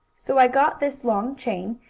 so i got this long chain,